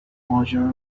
ماجرا